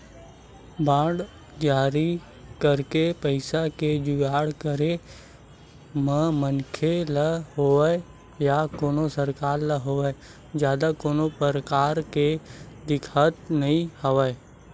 bond जारी करके पइसा के जुगाड़ करे म मनखे ल होवय या कोनो सरकार ल होवय जादा कोनो परकार के दिक्कत नइ होवय